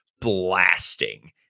blasting